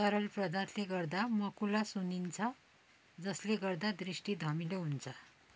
तरल पदार्थले गर्दा मकुला सुन्निन्छ जसले गर्दा दृष्टि धमिलो हुन्छ